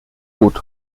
boot